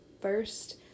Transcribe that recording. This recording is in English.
First